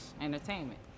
entertainment